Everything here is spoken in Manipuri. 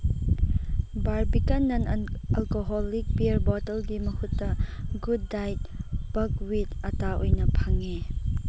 ꯕꯔꯕꯤꯀꯟ ꯅꯟ ꯑꯜꯀꯣꯍꯣꯂꯤꯛ ꯕꯤꯌꯔ ꯕꯣꯇꯜꯒꯤ ꯃꯍꯨꯠꯇ ꯒꯨꯠ ꯗꯥꯏꯠ ꯕꯛꯋꯤꯠ ꯑꯇꯥ ꯑꯣꯏꯅ ꯐꯪꯉꯦ